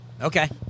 Okay